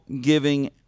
giving